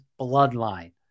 bloodline